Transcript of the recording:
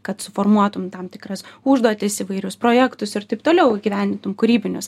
kad suformuotum tam tikras užduotis įvairius projektus ir taip toliau įgyvendintum kūrybinius